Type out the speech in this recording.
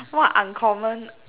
what uncommon